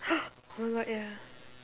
oh my god ya